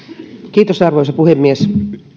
vaiheessa arvoisa puhemies